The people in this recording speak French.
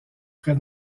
près